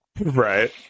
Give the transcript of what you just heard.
Right